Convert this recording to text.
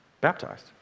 baptized